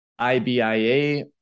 IBIA